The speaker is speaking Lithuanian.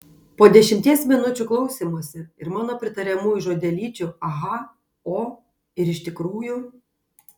po dešimties minučių klausymosi ir mano pritariamųjų žodelyčių aha o ir iš tikrųjų